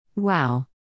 Wow